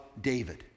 David